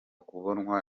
kubonwa